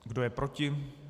Kdo je proti?